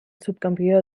subcampió